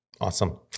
Awesome